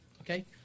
Okay